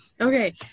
Okay